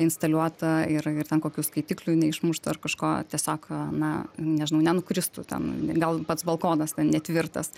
instaliuota ir ir ten kokių skaitiklių neišmuštų ar kažko tiesiog na nežinau nenukristų ten gal pats balkonas ten netvirtas